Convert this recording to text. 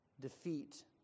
defeat